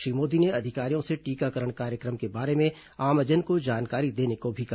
श्री मोदी ने अधिकारियों से टीकाकरण कार्यक्रम के बारे में आमजन को जानकारी देने को भी कहा